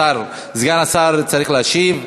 סגן השר צריך להשיב.